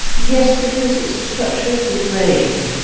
yes, because it's a structure of the brain.